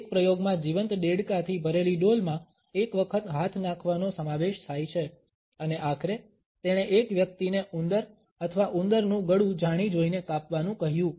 એક પ્રયોગમાં જીવંત દેડકાથી ભરેલી ડોલમાં એક વખત હાથ નાખવાનો સમાવેશ થાય છે અને આખરે તેણે એક વ્યક્તિને ઉંદર અથવા ઉંદરનું ગળું જાણી જોઈને કાપવાનું કહ્યું